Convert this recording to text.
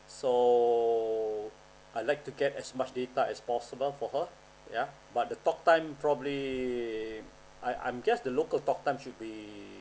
so I like to get as much data as possible for her ya but the talk time probably I'm I'm just the local talk time should be